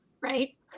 Right